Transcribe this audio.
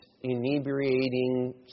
inebriating